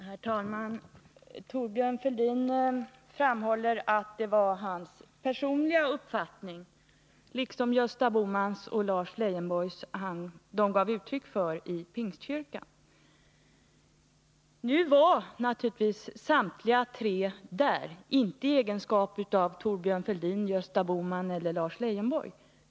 Herr talman! Thorbjörn Fälldin framhåller att det var hans personliga uppfattning liksom Gösta Bohmans och Lars Leijonborgs personliga uppfattningar som de gav uttryck för i Pingstkyrkan. Nu var naturligtvis samtliga tre där inte i egenskap av Thorbjörn Fälldin, Gösta Bohman eller Lars Leijonborg.